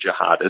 jihadists